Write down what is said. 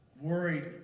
worried